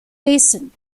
basin